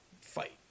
fight